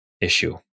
issue